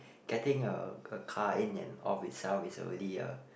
getting a a car in and on itself it's already a